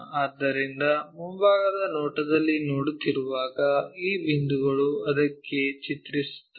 ಆದ್ದರಿಂದ ಮುಂಭಾಗದ ನೋಟದಲ್ಲಿ ನೋಡುತ್ತಿರುವಾಗ ಈ ಬಿಂದುಗಳನ್ನು ಅದಕ್ಕೆ ಚಿತ್ರಿಸುತ್ತದೆ